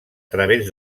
través